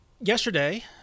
yesterday